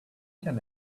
can